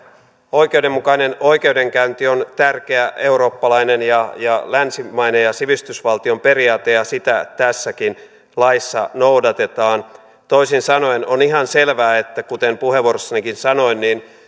oikeudenmukainen oikeudenkäynti on tärkeä eurooppalainen ja ja länsimainen sivistysvaltioperiaate ja sitä tässäkin laissa noudatetaan toisin sanoen on ihan selvää että kuten puheenvuorossanikin sanoin